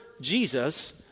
Jesus